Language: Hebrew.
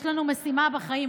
יש לנו משימה בחיים.